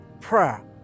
prayer